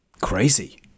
Crazy